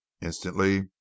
instantly